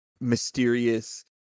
mysterious